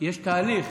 יש תהליך.